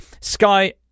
Sky